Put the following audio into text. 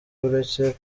uretse